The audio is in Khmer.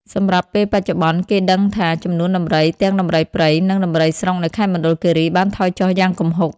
សម្រាប់ពេលបច្ចុប្បន្ន គេដឹងថាចំនួនដំរី ទាំងដំរីព្រៃ និងដំរីស្រុកនៅខេត្តមណ្ឌលគិរីបានថយចុះយ៉ាងគំហុក។